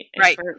Right